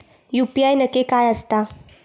UPI नक्की काय आसता?